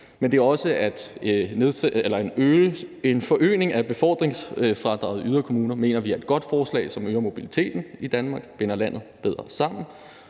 vi mener, at en forøgelse af befordringsfradraget i yderkommuner er et godt forslag, som øger mobiliteten i Danmark og binder landet bedre sammen.